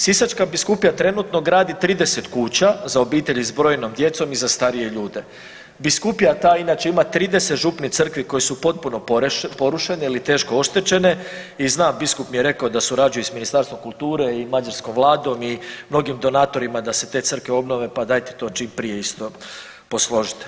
Sisačka biskupija trenutno gradi 30 kuća za obitelji s brojnom djecom i za starije ljude, biskupija ta inače ima 30 župnih crkvi koje su potpuno porušene ili teško oštećene i zna biskup mi je rekao da surađuje sa Ministarstvom kulture i mađarskom vladom i mnogim donatorima da se te crkve obnove, pa dajte to čim prije isto posložite.